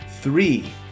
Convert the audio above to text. three